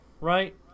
right